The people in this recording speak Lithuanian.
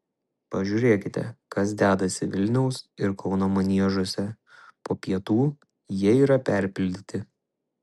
pažiūrėkite kas dedasi vilniaus ir kauno maniežuose po pietų jie yra perpildyti